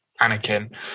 Anakin